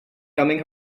coming